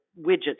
widgets